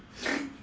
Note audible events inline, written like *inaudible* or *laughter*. *laughs*